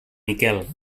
miquel